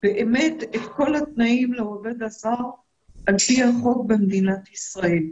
באמת את כל התנאים לעובד הזר על פי החוק במדינת ישראל.